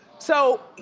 so,